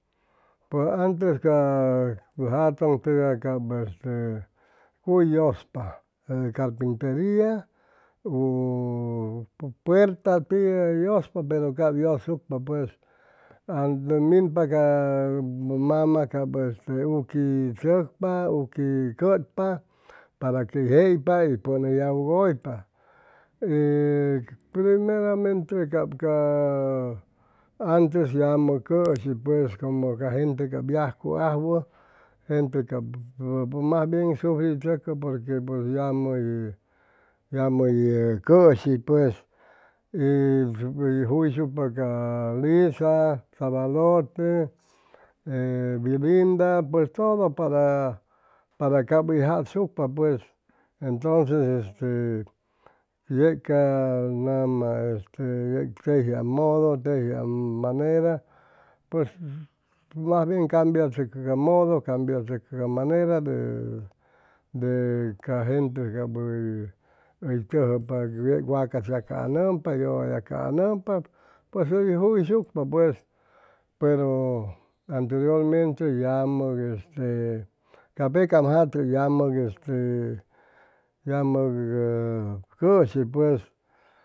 Pʉj anytes ca jatʉn tʉga cap este cuy yʉspa carpinteria u puerta tiʉ yʉspa pero cap yʉsucpa pues ente minpa ca mama cap este uqui chʉcpa uqui chʉpa para quey jeypa y pʉn hʉy yagugʉypa hʉy primeramente cap ca antes yamʉ cʉshi pues como ca gente cap yajcu ajwʉ gente cap mas bien sufrichʉcʉ porque pues yamʉ hʉy yamʉ hʉy cʉshi pues y hʉy juyshucpa ca lisa sabalote e bilinda pues todo para cap hʉy jasucpa pues entonces este yec ca nama este tejiam modo tejiam manera pues mas bien cabiachʉcʉ ca modo cambiachʉcʉ ca manera de ca gente cap hʉy tʉjʉpa yec wacas yacaʉnʉmpa yʉlla yacaʉnʉmpa pues hʉy juyshucpa pues pero anteriormente yamʉg ca pecam jate yamʉg este yamʉg ʉ cʉshi pues